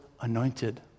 anointed